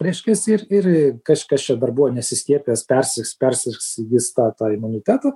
reiškias ir ir kažkas čia dar buvo nesiskiepijęs persirgs persirgs vis tą tą imunitetą